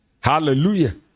hallelujah